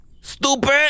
STUPID